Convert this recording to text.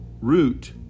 root